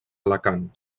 alacant